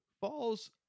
falls